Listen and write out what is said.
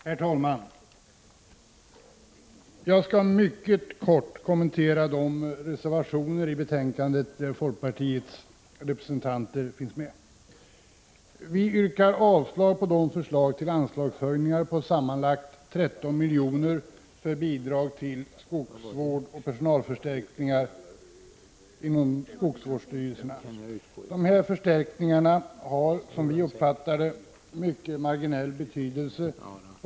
Herr talman! Jag skall mycket kortfattat kommentera de reservationer i betänkandet i vilka folkpartiets representanter finns med. Folkpartiet yrkar avslag på förslaget till anslagshöjningar på sammanlagt 13 miljoner för bidrag till skogsvård och till personalförstärkningar inom skogsvårdsstyrelserna. Dessa anslagsförstärkningar har, som vi uppfattar det, en mycket marginell betydelse.